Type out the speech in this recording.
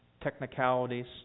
Technicalities